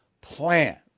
plan